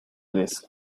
eres